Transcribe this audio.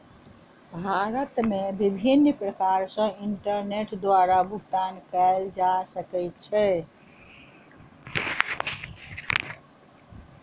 भारत मे विभिन्न प्रकार सॅ इंटरनेट द्वारा भुगतान कयल जा सकै छै